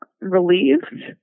relieved